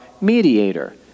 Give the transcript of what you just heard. mediator